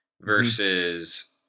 versus